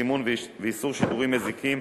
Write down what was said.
סימון ואיסור שידורים מזיקים,